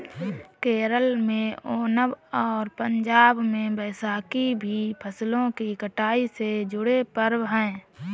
केरल में ओनम और पंजाब में बैसाखी भी फसलों की कटाई से जुड़े पर्व हैं